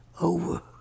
over